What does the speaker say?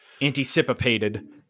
Anticipated